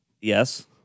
Yes